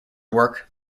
work